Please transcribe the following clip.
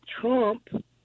Trump